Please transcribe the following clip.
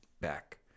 back